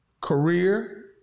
career